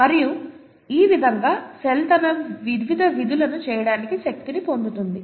మరియు ఈ విధంగా సెల్ తన వివిధ విధులను చేయడానికి శక్తిని పొందుతుంది